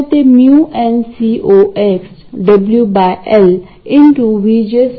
तर आपल्याला पूर्वीप्रमाणेच C1 आणि C2 चे निर्बंध निश्चित करणे आवश्यक आहे